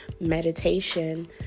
meditation